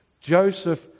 Joseph